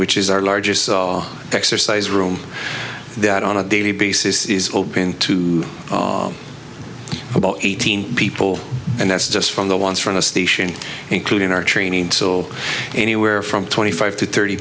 which is our largest saw exercise room that on a daily basis is open to about eight hundred people and that's just from the ones from the station including our training so anywhere from twenty five to thirty